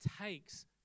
takes